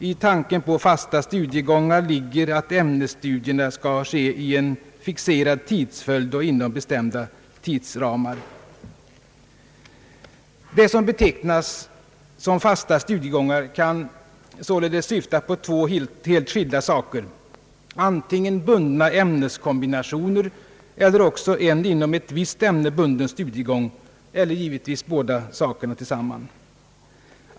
I tanken på fasta studiegångar ligger att ämnesstudierna skall ske i en fixerad tidsföljd och inom bestämda tidsramar.» Det som betecknas som fasta studiegångar kan således syfta på två helt skilda saker: antingen bundna ämneskombinationer eller också en inom ett visst ämne bunden studiegång eller givetvis båda sakerna tillsammans.